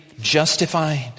justified